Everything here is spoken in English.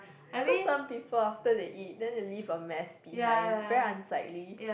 cause some people after they eat then they leave a mess behind very unsightly